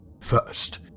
First